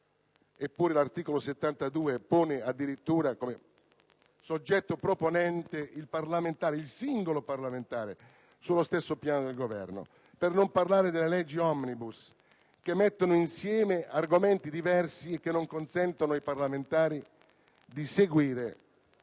Eppure l'articolo 72 pone addirittura come soggetto proponente il singolo parlamentare sullo stesso piano del Governo. Per non parlare delle leggi *omnibus*, che mettono insieme argomenti diversi e che non consentono ai parlamentari di seguire,